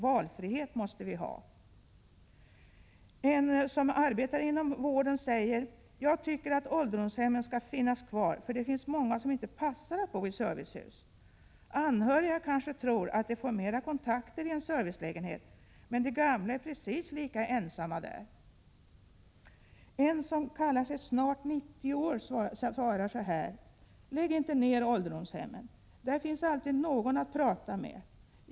Valfrihet måste vi ha.” En av de svarande, som arbetar inom vården, säger: ”Jag tycker att ålderdomshemmen ska finnas kvar för det finns många som inte passar att bo i servicehus. Anhöriga kanske tror att de får mera kontakter i en servicelägenhet men de gamla är precis lika ensamma där.” I svaret från en som kallar sig ”Snart 90” står: ”Lägg inte ner ålderdomshemmen. Där finns alltid någon att prata med.